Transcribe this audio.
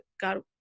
God